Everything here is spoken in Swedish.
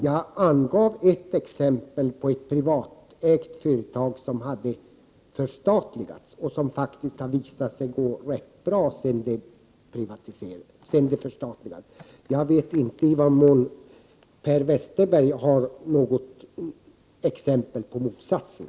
Jag angav ett exempel på ett privatägt företag som hade förstatligats och som det faktiskt hade gått rätt bra för efter förstatligandet. Jag vet inte i vad mån Per Westerberg har något exempel på motsatsen.